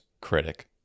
critic